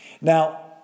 Now